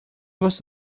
você